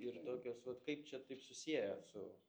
ir tokios vat kaip čia taip susiejot su